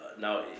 now